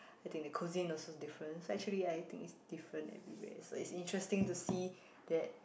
I think the coziness is different actually I think it's different everywhere so it's interesting to see that